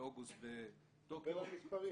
באוגוסט בטוקיו,